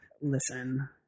Listen